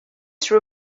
true